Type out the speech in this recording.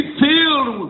filled